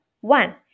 One